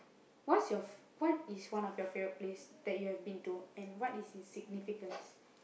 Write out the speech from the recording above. what's your what is one of your favourite place that you have been to and what is its significance